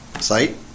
site